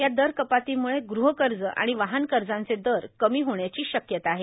या दरकपातीमुळे गृहकर्ज आणि वाहन कर्जांचे दर कमी होण्याची शक्यता आहे